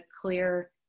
clear